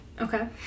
Okay